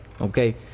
okay